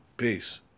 Peace